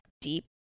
deep